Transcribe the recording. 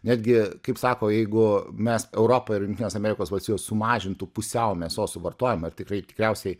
netgi kaip sako jeigu mes europa ir jungtinės amerikos valstijos sumažintų pusiau mėsos suvartojimą ir tikrai tikriausiai